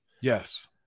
Yes